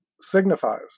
signifies